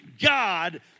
God